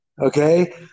Okay